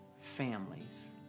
families